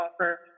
offer